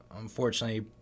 unfortunately